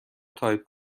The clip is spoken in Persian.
تایپ